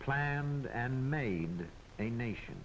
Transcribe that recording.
planned and made a nation